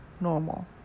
normal